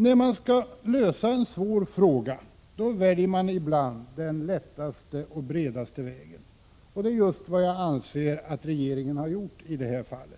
När man skall lösa en svår fråga, väljer man ibland den lättaste och bredaste vägen, och det är just vad jag anser att regeringen har gjort i detta fall.